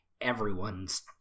everyone's